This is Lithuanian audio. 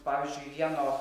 pavyzdžiui vieno